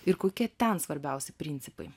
ir kokie ten svarbiausi principai